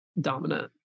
dominant